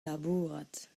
labourat